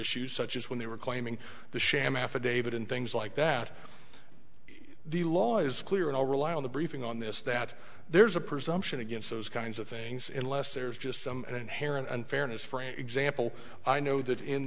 issues such as when they were claiming the sham affidavit and things like that the law is clear and i'll rely on the briefing on this that there's a presumption against those kinds of things in less there's just some inherent unfairness for a example i know that